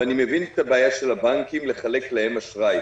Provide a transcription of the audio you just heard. ואני מבין את הבעיה של הבנקים לחלק להם אשראי.